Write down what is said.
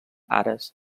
ares